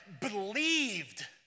believed